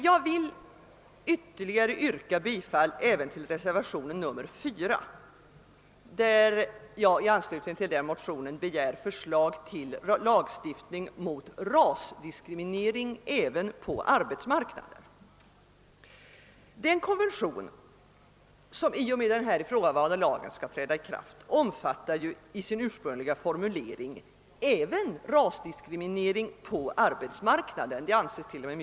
Jag vill också yrka bifall till reservationen 4, i vilken jag i anslutning till motionen II: 1322 begär förslag till lagstiftning mot rasdiskriminering även på arbetsmarknaden. Den konvention, som i och med den här ifrågavarande lagen skall träda i kraft, omfattar ju i sin ursprungliga formulering även rasdiskriminering på arbetsmarknaden — det anses It.o.m.